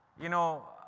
you know,